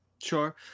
Sure